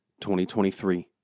2023